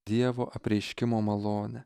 dievo apreiškimo malonę